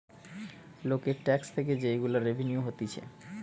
লোকের ট্যাক্স থেকে যে গুলা রেভিনিউ হতিছে